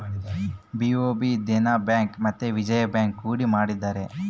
BOB Dena bank ಮತ್ತೆ Vijaya bank ಕೂಡಿ ಮಾಡಿದರೆ